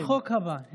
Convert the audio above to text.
בחוק הבא.